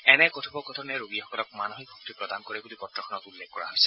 এনে কথপোকথনে ৰোগীসকলক মানসিক শক্তি প্ৰদান কৰে বুলি পত্ৰখনত উল্লেখ কৰা হৈছে